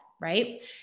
right